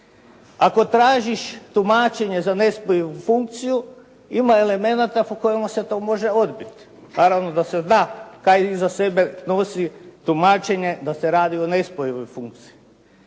Ako tražiš tumačenje za nespojivu funkciju ima elemenata po kojima se to može odbiti. Naravno da se zna kaj iza sebe nosi tumačenje da se radi o nespojivoj funkciji.